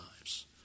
lives